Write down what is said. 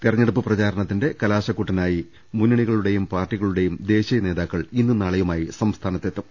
തെരഞ്ഞെടുപ്പ് പ്രചാരണത്തിന്റെ കലാശക്കൊ ട്ടിനായി മുന്നണികളുടെയും പാർട്ടികളുടെയും ദേശീയ നേതാക്കൾ ഇന്നും നാളെയുമായി സംസ്ഥാനത്തെത്തും